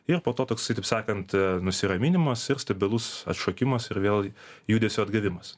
ir po to toksai taip sakant nusiraminimas ir stabilus atšokimas ir vėl judesio atgavimas